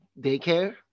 daycare